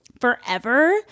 forever